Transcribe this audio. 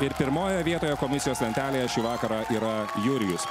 ir pirmoje vietoje komisijos lentelėje šį vakarą yra jurijus